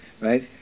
Right